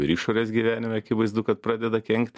ir išorės gyvenime akivaizdu kad pradeda kenkt